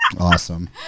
Awesome